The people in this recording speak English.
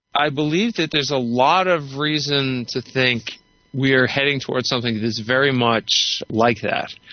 i believe that there is a lot of reason to think we're heading towards something that is very much like that.